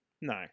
No